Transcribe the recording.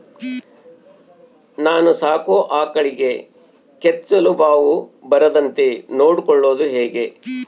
ನಾನು ಸಾಕೋ ಆಕಳಿಗೆ ಕೆಚ್ಚಲುಬಾವು ಬರದಂತೆ ನೊಡ್ಕೊಳೋದು ಹೇಗೆ?